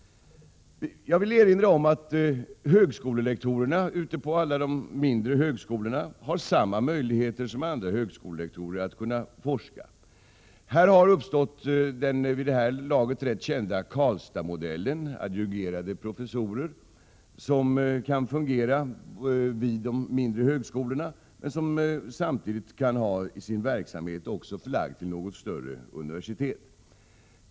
Jag vill erinra om att högskolelektorerna ute på alla de mindre högskolorna har samma möjligheter som andra högskolelektorer att forska. I detta sammanhang har den vid det här laget ganska kända Karlstadsmodellen uppstått. Den innebär att man har adjungerade professorer, som kan fungera vid de mindre högskolorna men som samtidigt kan ha sin verksamhet förlagd till något större universitet.